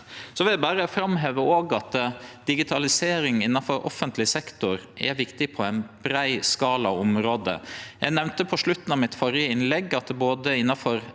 Eg vil òg framheve at digitalisering innanfor offentleg sektor er viktig på ein brei skala av område. Eg nemnde på slutten av mitt førre innlegg at det innanfor